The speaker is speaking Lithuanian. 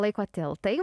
laiko tiltai